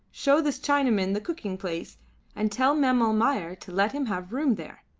show this chinaman the cooking place and tell mem almayer to let him have room there.